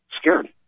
scared